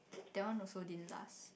that one also didn't last